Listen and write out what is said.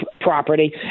property